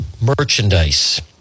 merchandise